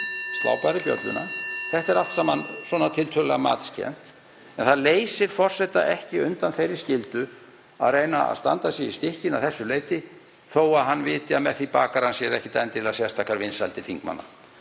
slá bara í bjölluna. Þetta er allt saman svona tiltölulega matskennt en það leysir forseta ekki undan þeirri skyldu að reyna að standa sig í stykkinu að þessu leyti þó hann viti að með því bakar hann sér ekkert endilega sérstakar vinsældir þingmanna.